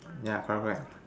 yeah correct correct